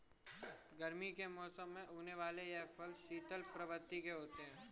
गर्मी के मौसम में उगने वाले यह फल शीतल प्रवृत्ति के होते हैं